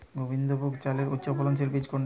গোবিন্দভোগ চালের উচ্চফলনশীল বীজ কোনটি?